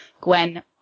Gwen